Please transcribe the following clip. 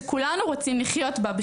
שכולנו רוצים לחיות בה.